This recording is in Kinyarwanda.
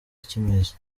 kimeze